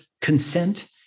consent